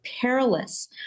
perilous